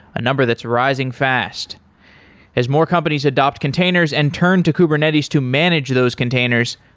a number that's rising fast as more companies adopt containers and turn to kubernetes to manage those containers,